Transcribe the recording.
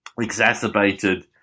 exacerbated